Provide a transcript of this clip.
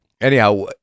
Anyhow